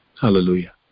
Hallelujah